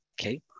Okay